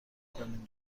کنیم